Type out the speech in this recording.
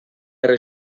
erre